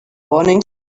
warnings